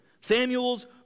Samuel's